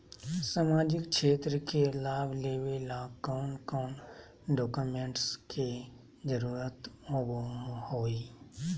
सामाजिक क्षेत्र के लाभ लेबे ला कौन कौन डाक्यूमेंट्स के जरुरत होबो होई?